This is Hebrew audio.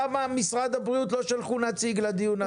למה משרד הבריאות לא שלחו נציג לדיון הזה?